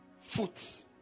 Foot